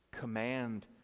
command